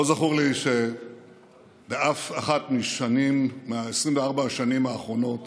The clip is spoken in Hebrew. לא זכור לי באף אחת מ-24 השנים האחרונות